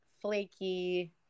flaky